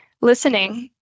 listening